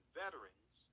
veterans